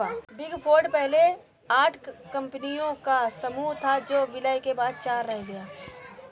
big four auditors पहले आठ कंपनियों का समूह था जो विलय के बाद चार रह गया